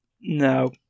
No